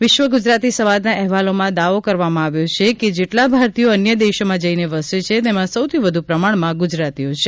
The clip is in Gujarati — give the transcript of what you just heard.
વિશ્વ ગુજરાતી સમાજના અહેવાલમાં દાવો કરવામાં આવ્યો છે કે જેટલા ભારતીયો અન્ય દેશોમાં જઈને વસે છે તેમાં સૌથી વધુ પ્રમાણમાં ગુજરાતીઓનું છે